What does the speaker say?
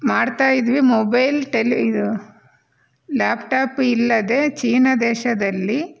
ಮಾಡ್ತಾಯಿದ್ವಿ mobile tele laptop ಇಲ್ಲದೆ China ದೇಶದಲ್ಲಿ